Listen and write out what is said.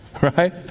Right